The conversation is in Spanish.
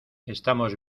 estamos